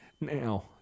now